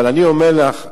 אבל אני אומר לך,